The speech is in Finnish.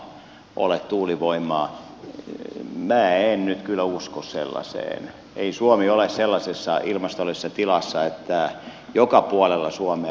minä en nyt kyllä usko sellaiseen ei suomi ole sellaisessa ilmastollisessa tilassa että joka puolella suomea yhtä aikaa